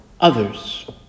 others